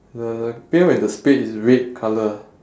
the pail and the spade is red colour